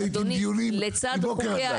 כשהייתי בדיונים מבוקר עד לילה.